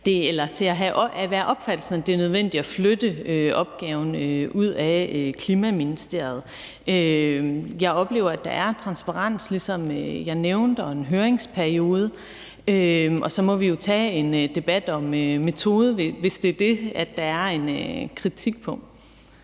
grund til at have den opfattelse, at det er nødvendigt at flytte opgaven ud af Klima-, Energi- og Forsyningsministeriet. Jeg oplever, at der er transparens, ligesom jeg nævnte, og en høringsperiode. Så må vi jo tage en debat om metoden, hvis det er den, der er en kritik af.